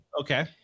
Okay